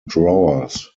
drawers